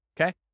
Okay